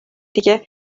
دیگه